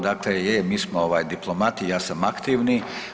Dakle je, mi smo ovaj diplomati, ja sam aktivni.